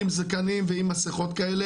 עם זקנים ועם מסיכות כאלה,